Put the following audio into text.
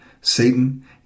Satan